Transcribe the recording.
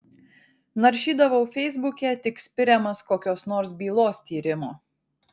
naršydavau feisbuke tik spiriamas kokios nors bylos tyrimo